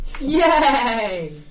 Yay